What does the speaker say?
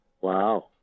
Wow